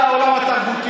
על העולם התרבותי,